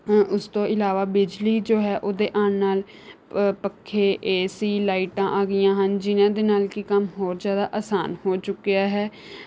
ਉਸ ਤੋਂ ਇਲਾਵਾ ਬਿਜਲੀ ਜੋ ਹੈ ਉਹਦੇ ਆਉਣ ਨਾਲ ਪੱਖੇ ਏ ਸੀ ਲਾਈਟਾਂ ਆ ਗਈਆਂ ਹਨ ਜਿਨ੍ਹਾਂ ਦੇ ਨਾਲ ਕਿ ਕੰਮ ਹੋਰ ਜ਼ਿਆਦਾ ਆਸਾਨ ਹੋ ਚੁੱਕਿਆ ਹੈ